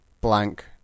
blank